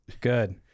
good